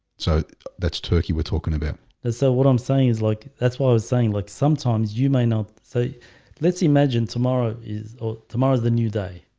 so that's turkey we're talking about so what i'm saying is like that's why i was saying like sometimes you may not see let's imagine tomorrow is tomorrow's the new day.